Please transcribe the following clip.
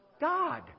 God